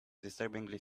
disturbingly